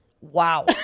Wow